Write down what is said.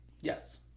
yes